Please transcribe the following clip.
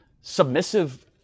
submissive